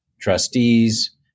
trustees